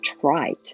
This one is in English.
trite